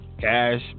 Cash